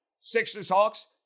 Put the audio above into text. Sixers-Hawks